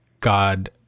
God